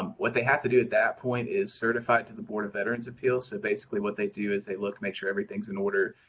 um what they have to do at that point is certify to the board of veterans appeals, so basically what they do is they look, make sure everything's in order,